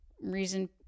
reason